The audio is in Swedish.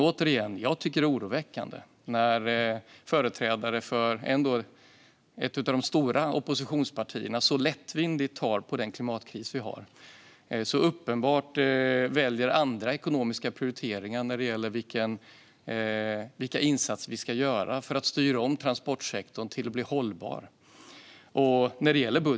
Återigen: Jag tycker att det är oroväckande när företrädare för ett av de stora oppositionspartierna tar så lättvindigt på klimatkrisen och så uppenbart väljer andra ekonomiska prioriteringar när det gäller vilka insatser vi ska göra för att styra om transportsektorn till att bli hållbar.